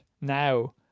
now